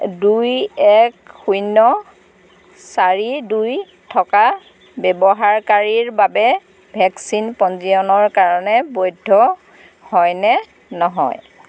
দুই এক শূন্য চাৰি দুই থকা ব্যৱহাৰকাৰীৰ বাবে ভেকচিন পঞ্জীয়নৰ কাৰণে বৈধ হয় নে নহয়